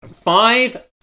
five